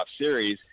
series